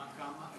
כמה?